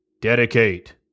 Dedicate